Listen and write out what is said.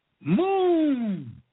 Moon